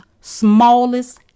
smallest